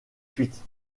suite